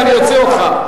ואני אוציא אותך.